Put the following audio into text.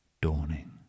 dawning